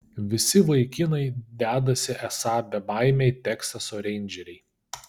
visi vaikinai dedasi esą bebaimiai teksaso reindžeriai